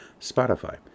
Spotify